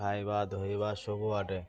ଖାଇବା ଧୋଇବା ସବୁଆଡ଼େ